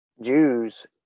Jews